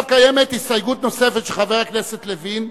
קיימת הסתייגות נוספת של חבר הכנסת לוין.